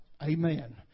Amen